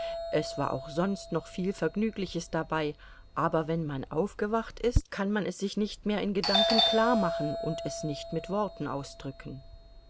es war auch sonst noch viel vergnügliches dabei aber wenn man aufgewacht ist kann man es sich nicht mehr in gedanken klarmachen und es nicht mit worten ausdrücken